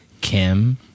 Kim